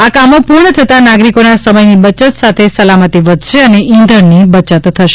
આ કામો પૂર્ણ થતાં નાગરિકોના સમયની બચત સાથે સલામતી વધશે અને ઇંધણની બચત થશે